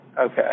Okay